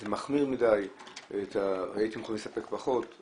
כל מקום שמגיע לארגון בריאות צריך להיות מוגן מבחינת דיסק און קי.